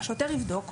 השוטר יבדוק,